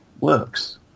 works